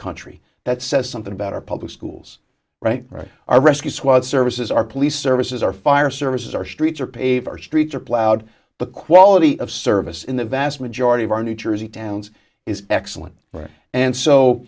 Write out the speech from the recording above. country that says something about our public schools right right our rescue squad services our police services our fire services our streets are paved our streets are plowed the quality of service in the vast majority of our new jersey towns is excellent right and so